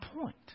point